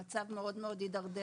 המצב מאוד הידרדר,